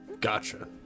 Gotcha